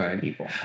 people